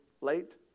late